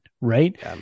Right